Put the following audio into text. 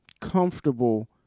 comfortable